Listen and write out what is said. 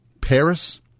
Paris